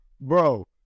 Bro